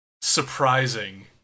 surprising